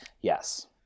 Yes